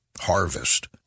Harvest